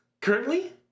Currently